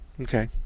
Okay